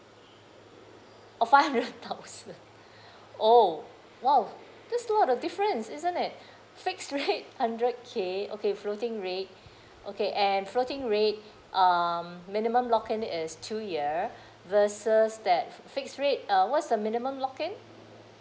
oh five hundred thousand oh !wow! that's lot of difference isn't it fixed rate hundred K okay floating rate okay and floating rate um minimum lock in is two year versus that fixed rate uh what's the minimum lock in